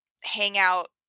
hangout